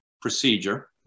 procedure